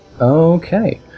Okay